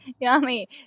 yummy